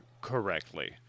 correctly